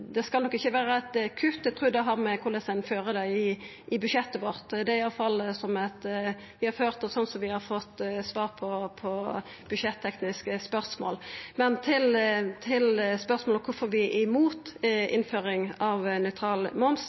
Det skal nok ikkje vera eit kutt. Dette trur eg har å gjera med korleis ein fører det i budsjettet vårt. Vi har ført det slik som vi har fått til svar på budsjettekniske spørsmål. Til spørsmålet om kvifor vi er imot innføring av nøytral moms: